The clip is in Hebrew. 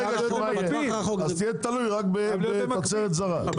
אז תהיה תלוי רק בתוצרת זרה.